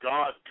God